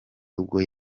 ubwo